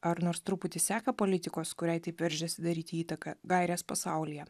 ar nors truputį seka politikos kuriai taip veržiasi daryti įtaką gaires pasaulyje